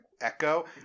Echo